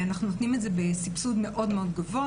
אנחנו נותנים את זה בסבסוד מאוד גבוה.